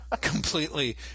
completely